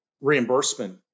reimbursement